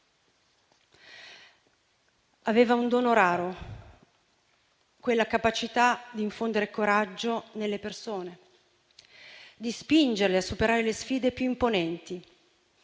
Aveva un dono raro: quella capacità di infondere coraggio nelle persone, di spingerle a superare le sfide più imponenti.